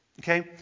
Okay